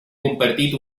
compartit